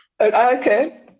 Okay